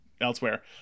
elsewhere